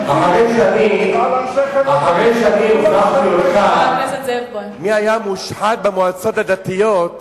אחרי שאני הוכחתי לך מי היה מושחת במועצות הדתיות,